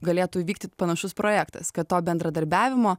galėtų įvykti panašus projektas kad to bendradarbiavimo